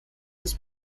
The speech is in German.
des